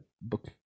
book